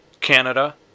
Canada